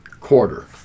quarter